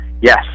Yes